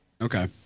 okay